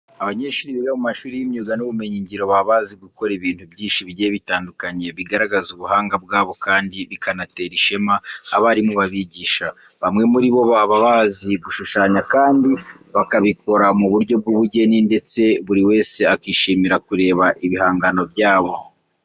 Abanyeshuri biga mu mashuri y'imyuga n'ubumenyingiro baba bazi gukora ibintu byinshi bigiye bitandukanye bigaragaza ubuhanga bwabo kandi bikanatera ishema abarimu babigisha. Bamwe muri bo baba bazi gushushanya kandi bakabikora mu buryo bw'ubugeni ndetse buri wese akishimira kureba ibihangano byabo.